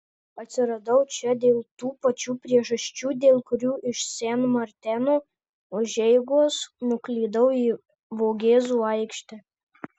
atsiradau čia dėl tų pačių priežasčių dėl kurių iš sen marteno užeigos nuklydau į vogėzų aikštę